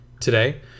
Today